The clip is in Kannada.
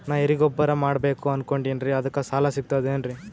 ನಾ ಎರಿಗೊಬ್ಬರ ಮಾಡಬೇಕು ಅನಕೊಂಡಿನ್ರಿ ಅದಕ ಸಾಲಾ ಸಿಗ್ತದೇನ್ರಿ?